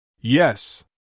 Yes